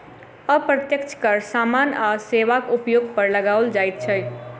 अप्रत्यक्ष कर सामान आ सेवाक उपयोग पर लगाओल जाइत छै